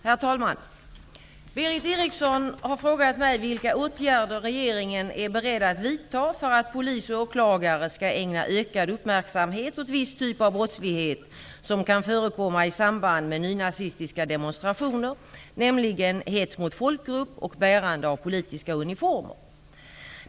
Herr talman! Berith Eriksson har frågat mig vilka åtgärder regeringen är beredd att vidta för att polis och åklagare skall ägna ökad uppmärksamhet åt viss typ av brottslighet som kan förekomma i samband med nynazistiska demonstrationer, nämligen hets mot folkgrupp och bärande av politiska uniformer.